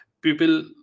People